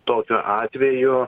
tokiu atveju